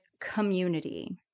Community